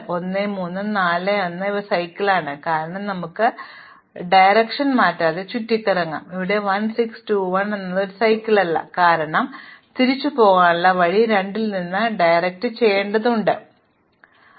ഉദാഹരണത്തിന് 1 3 4 1 ഇത് ചക്രം ആണ് കാരണം നമുക്ക് ദിശ മാറ്റാതെ ചുറ്റിക്കറങ്ങാം ഇവിടെ 1 6 2 1 എന്നത് ഒരു ചക്രമല്ല കാരണം തിരിച്ചുപോകാനുള്ള വഴി 2 ൽ നിന്ന് ദിശകൾ മാറേണ്ടതുണ്ട് എനിക്ക് പോകാൻ കഴിയാത്ത 1 ലേക്ക്